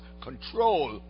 control